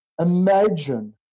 Imagine